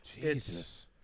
Jesus